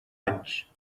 anys